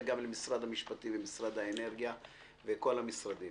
גם למשרד המשפטים ולמשרד האנרגיה ולכל המשרדים